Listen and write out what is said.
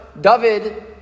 David